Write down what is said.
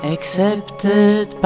Accepted